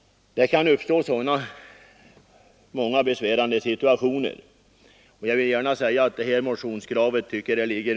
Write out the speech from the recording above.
Det kan uppstå många sådana besvärliga situationer, och jag tycker att det här motionskravet är berättigat.